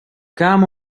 come